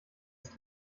ist